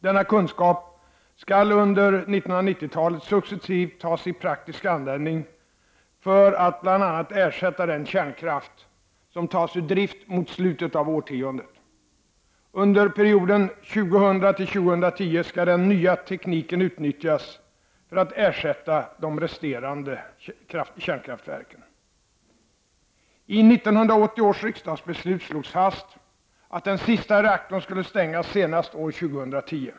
Denna kunskap skall under 1990-talet successivt tas i praktisk användning för att bl.a. ersätta den kärnkraft som tas ur drift mot slutet av årtiondet. Under perioden 2000-2010 skall den nya tekniken utnyttjas för att ersätta de resterande kärnkraftverken. I 1980 års riksdagsbeslut slogs fast att den sista reaktorn skulle stängas senast år 2010.